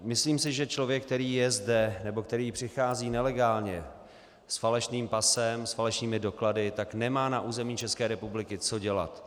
Myslím si, že člověk, který je zde nebo který přichází nelegálně, s falešným pasem, s falešnými doklady, tak nemá na území České republiky co dělat.